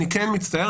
אני מצטער,